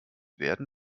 werden